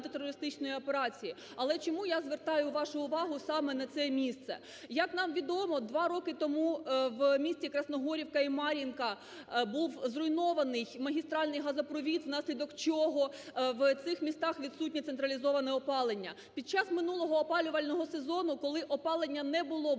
Але чому я звертаю вашу увагу саме на це місце? Як нам відомо, два роки тому в місті Красногорівка і Мар'їнка був зруйнований магістральний газопровід, внаслідок чого в цих містах відсутнє централізоване опалення. Під час минулого опалювального сезону, коли опалення не було, був